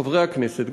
חברי הכנסת,